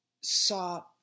saw